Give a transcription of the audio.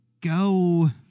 go